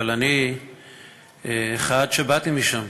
אבל אני אחד שבא משם,